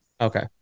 Okay